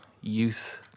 youth